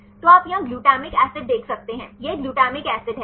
तो आप यहाँ ग्लूटामिक एसिड देख सकते हैं यह ग्लूटामिक एसिड है